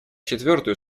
четвертую